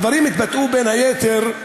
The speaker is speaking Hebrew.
הדברים התבטאו, בין היתר,